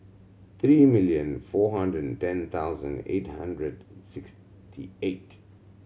three million four hundred ten thousand eight hundred sixty eight